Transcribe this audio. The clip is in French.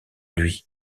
lui